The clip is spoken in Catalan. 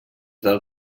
del